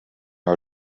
our